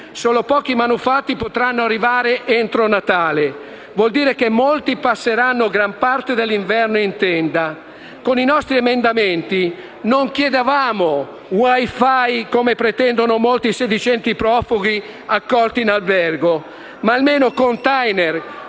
solo pochi manufatti potranno arrivare entro Natale: vuol dire che molti passeranno gran parte dell'inverno in tenda. Con i nostri emendamenti non chiedevamo il *wi-fi*, come pretendono molti sedicenti profughi accolti in albergo, ma almeno *container*